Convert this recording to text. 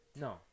No